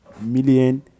million